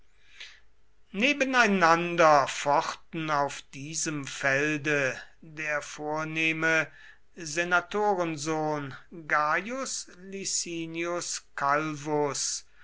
nebeneinander fochten auf diesem felde der vornehme senatorensohn gaius licinius